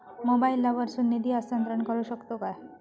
मोबाईला वर्सून निधी हस्तांतरण करू शकतो काय?